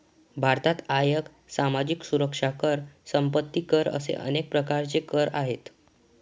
भारतात आयकर, सामाजिक सुरक्षा कर, संपत्ती कर असे अनेक प्रकारचे कर आहेत